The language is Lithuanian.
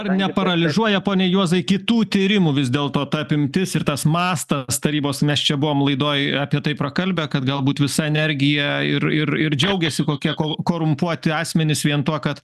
ar neparalyžiuoja pone juozai kitų tyrimų vis dėlto ta apimtis ir tas mastas tarybos mes čia buvom laidoj apie tai prakalbę kad galbūt visą energiją ir ir ir džiaugiasi kokie ko korumpuoti asmenys vien tuo kad